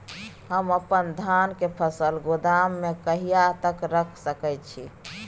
हम अपन धान के फसल गोदाम में कहिया तक रख सकैय छी?